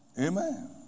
Amen